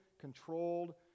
controlled